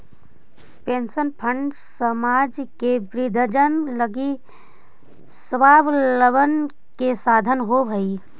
pension fund समाज के वृद्धजन लगी एक स्वाबलंबन के साधन होवऽ हई